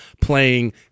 playing